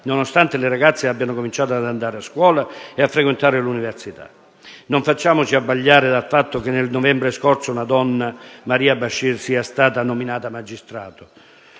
nonostante le ragazze abbiano cominciato ad andare a scuola e a frequentare l'università. Non facciamoci abbagliare dal fatto che nel novembre scorso una donna, Maria Bashir, sia stata nominata magistrato.